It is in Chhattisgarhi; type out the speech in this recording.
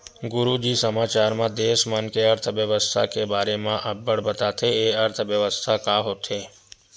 गुरूजी समाचार म देस मन के अर्थबेवस्था के बारे म अब्बड़ बताथे, ए अर्थबेवस्था का होथे?